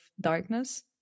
darkness